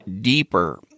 deeper